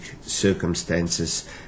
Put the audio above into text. circumstances